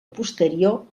posterior